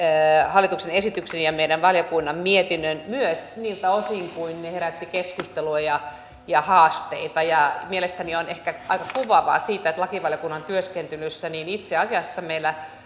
hallituksen esityksen ja meidän valiokunnan mietinnön myös niiltä osin kuin ne herättivät keskustelua ja ja haasteita ja mielestäni on ehkä aika kuvaavaa että lakivaliokunnan työskentelyssä itse asiassa